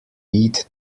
eat